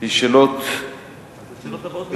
השאלות הבאות מתייתרות.